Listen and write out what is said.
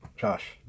Josh